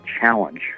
challenge